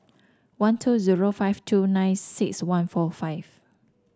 one two zero five two nine six one four five